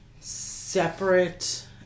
separate